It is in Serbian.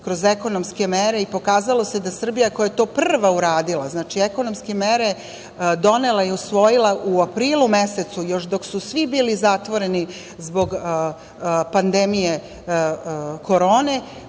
kroz ekonomske mere i pokazalo se da Srbija koja je to prva uradila, znači, ekonomske mere donela je i usvojila u aprilu mesecu, još dok su svi bili zatvoreni zbog pandemije Korone,